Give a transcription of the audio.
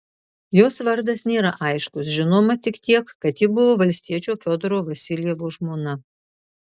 jos vardas nėra aiškus žinoma tik tiek kad ji buvo valstiečio fiodoro vasiljevo žmona